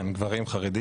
כן, גברים חרדים.